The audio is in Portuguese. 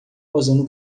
posando